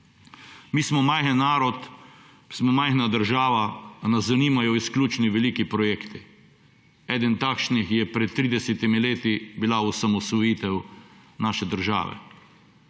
Mi smo majhen narod, smo majhna država, a nas zanimajo izključno veliki projekti. Eden takšnih je pred 30 leti bila osamosvojitev naše države.